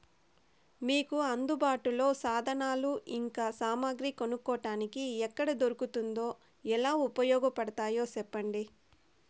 మీకు అందుబాటులో సాధనాలు ఇంకా సామగ్రి కొనుక్కోటానికి ఎక్కడ దొరుకుతుందో ఎలా ఉపయోగపడుతాయో సెప్పండి?